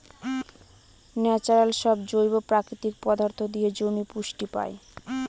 natural সব জৈব প্রাকৃতিক পদার্থ দিয়ে জমি পুষ্টি পায়